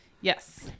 yes